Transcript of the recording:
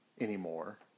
anymore